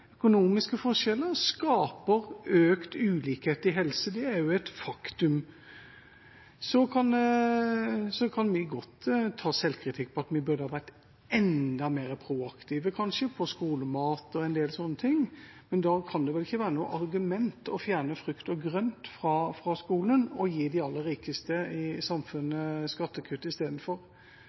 økonomiske forskjeller skaper økt ulikhet i helse. Det er også et faktum. Så kan vi godt ta selvkritikk på at vi burde ha vært enda mer proaktive, kanskje, på skolemat og en del sånne ting. Men da kan det vel ikke være noe argument å fjerne frukt og grønt fra skolen og gi de aller rikeste i samfunnet skattekutt istedenfor.